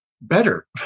better